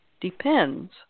depends